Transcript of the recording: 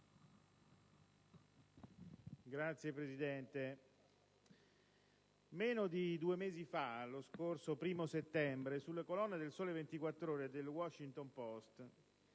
Signor Presidente, meno di due mesi fa, lo scorso 1° settembre, sulle colonne de «Il Sole 24 Ore» e del «Washington Post»